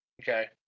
Okay